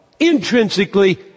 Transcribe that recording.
Intrinsically